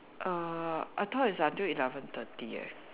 err I thought it's until eleven thirty eh